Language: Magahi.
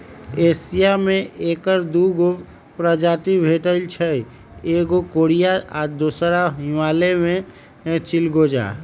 एशिया में ऐकर दू गो प्रजाति भेटछइ एगो कोरियाई आ दोसर हिमालय में चिलगोजा